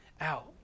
out